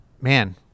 man